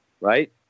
right